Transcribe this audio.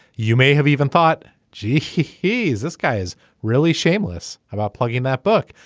you may have even thought gee he's this guy is really shameless about plugging that book.